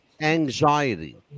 anxiety